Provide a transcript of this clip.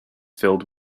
filled